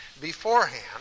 beforehand